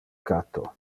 catto